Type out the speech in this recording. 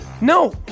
No